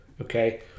Okay